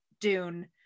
Dune